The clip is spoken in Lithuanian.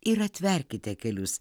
ir atverkite kelius